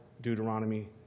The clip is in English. Deuteronomy